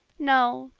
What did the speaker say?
no.